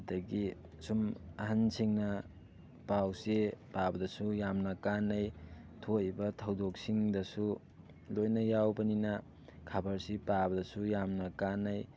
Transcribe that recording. ꯑꯗꯒꯤ ꯁꯨꯝ ꯑꯍꯜꯁꯤꯡꯅ ꯄꯥꯎꯆꯦ ꯄꯥꯕꯗꯁꯨ ꯌꯥꯝꯅ ꯀꯥꯟꯅꯩ ꯊꯣꯛꯏꯕ ꯊꯧꯗꯣꯛꯁꯤꯡꯗꯁꯨ ꯂꯣꯏꯅ ꯌꯥꯎꯕꯅꯤꯅ ꯈꯕꯔꯁꯤ ꯄꯥꯕꯗꯁꯨ ꯌꯥꯝꯅ ꯀꯥꯟꯅꯩ